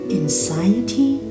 anxiety